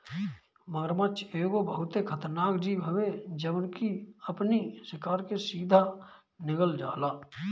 मगरमच्छ एगो बहुते खतरनाक जीव हवे जवन की अपनी शिकार के सीधा निगल जाला